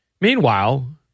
meanwhile